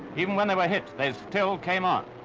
even when they were hit, they still came on.